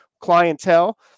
clientele